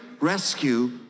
Rescue